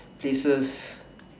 places